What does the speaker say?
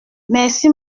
merci